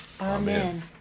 Amen